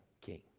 king